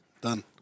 Done